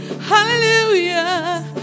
Hallelujah